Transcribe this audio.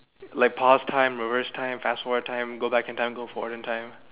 like pass time reverse time fast forward time go back in time go forward in time